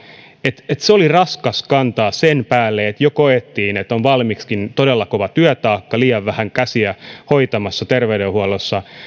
että se oli raskas kantaa sen päälle että jo koettiin että on valmiiksikin todella kova työtaakka liian vähän käsiä hoitamassa terveydenhuollossa